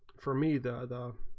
for me that the